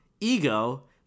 ego